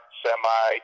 semi